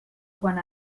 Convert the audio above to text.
quan